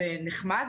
זה נחמד,